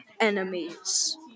enemies